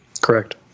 correct